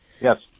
yes